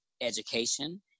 education